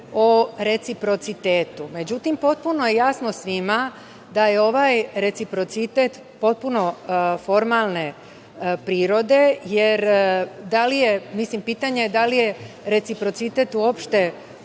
o reciprocitetu. Međutim, potpuno je jasno svima da je ovaj reciprocitet potpuno formalne prirode. Pitanje je da li je reciprocitet uopšte